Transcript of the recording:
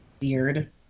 weird